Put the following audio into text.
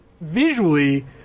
visually